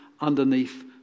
underneath